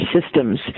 systems